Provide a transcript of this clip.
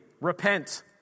repent